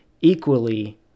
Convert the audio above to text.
equally